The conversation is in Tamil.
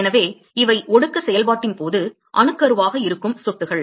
எனவே இவை ஒடுக்க செயல்பாட்டின் போது அணுக்கருவாக இருக்கும் சொட்டுகள்